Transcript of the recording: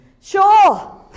Sure